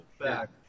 back